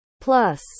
Plus